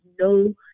no